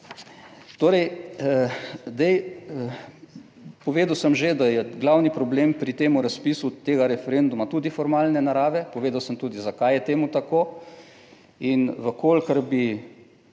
Torej, zdaj, povedal sem že, da je glavni problem pri tem razpisu tega referenduma tudi formalne narave, povedal sem tudi, 100. TRAK: (SC) – 18.05